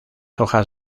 hojas